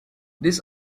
this